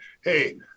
Hey